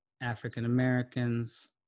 African-Americans